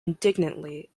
indignantly